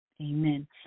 Amen